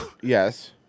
yes